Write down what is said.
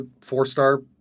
four-star